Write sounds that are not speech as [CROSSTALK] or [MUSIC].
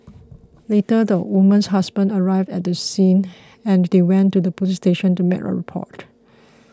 [NOISE] later the woman's husband arrived at the scene and they went to the police station to make a report